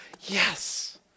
yes